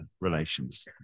relations